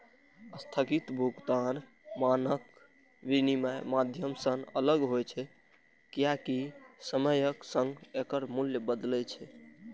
स्थगित भुगतान मानक विनमय माध्यम सं अलग होइ छै, कियैकि समयक संग एकर मूल्य बदलै छै